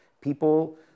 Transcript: People